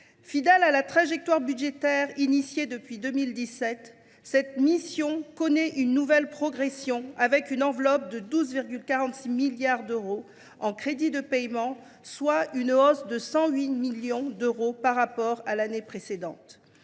ligne de la trajectoire budgétaire engagée depuis 2017, cette mission connaît une nouvelle progression : son enveloppe de 12,46 milliards d’euros en crédits de paiement est en hausse de 108 millions d’euros par rapport à l’année précédente.